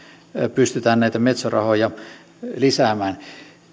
pystytään näitä metso rahoja lisäämään